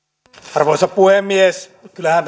arvoisa puhemies kyllähän